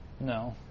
No